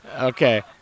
Okay